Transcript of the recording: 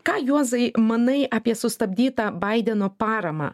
ką juozai manai apie sustabdytą baideno paramą